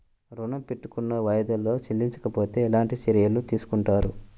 ఋణము పెట్టుకున్న వాయిదాలలో చెల్లించకపోతే ఎలాంటి చర్యలు తీసుకుంటారు?